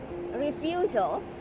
refusal